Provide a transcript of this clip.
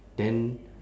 then